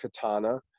Katana